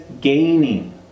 gaining